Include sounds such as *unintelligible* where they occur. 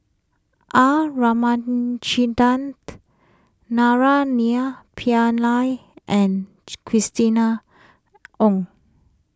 R Ramachandran *unintelligible* Naraina Pillai and *unintelligible* Christina Ong